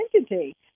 identity